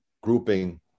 grouping